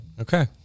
Okay